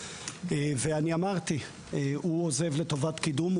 והוא עוזב לטובת קידום.